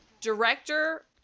Director